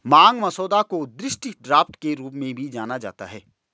मांग मसौदा को दृष्टि ड्राफ्ट के रूप में भी जाना जाता है